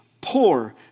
poor